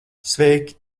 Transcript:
sveiki